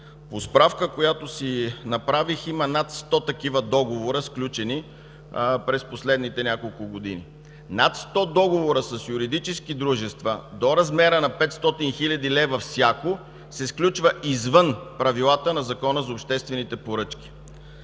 По справка, която си направих, има сключени над 100 такива договора през последните няколко години. Над 100 договора с юридически дружества до размера на 500 хил. лв. – всяко се сключва извън правилата на Закона за обществените поръчки.